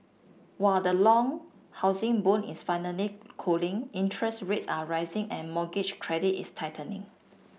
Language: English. while the long housing boom is finally cooling interest rates are rising and mortgage credit is tightening